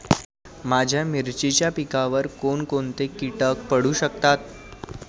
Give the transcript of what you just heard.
माझ्या मिरचीच्या पिकावर कोण कोणते कीटक पडू शकतात?